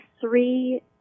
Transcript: three